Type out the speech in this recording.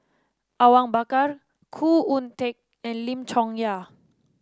Awang Bakar Khoo Oon Teik and Lim Chong Yah